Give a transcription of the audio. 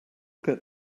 get